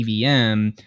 EVM